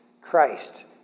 Christ